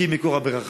כי היא מקור הברכה,